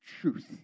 truth